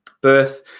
birth